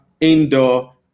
indoor